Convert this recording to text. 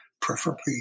preferably